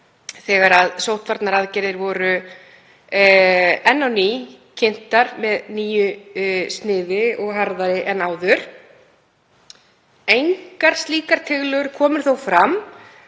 þegar sóttvarnaaðgerðir voru enn á ný kynntar með nýju sniði og harðari en áður. Engar slíkar tillögur komu þó fram